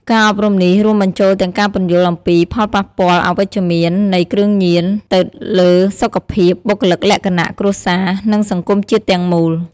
ការអប់រំនេះរួមបញ្ចូលទាំងការពន្យល់អំពី ផលប៉ះពាល់អវិជ្ជមាននៃគ្រឿងញៀន ទៅលើសុខភាព បុគ្គលិកលក្ខណៈ គ្រួសារ និងសង្គមជាតិទាំងមូល។